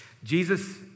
Jesus